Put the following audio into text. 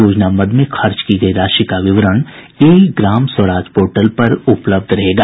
योजना मद में खर्च की गयी राशि का विवरण ई ग्राम स्वराज पोर्टल पर उपलब्ध रहेगा